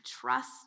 trust